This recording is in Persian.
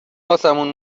واسمون